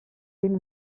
vint